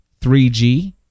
3G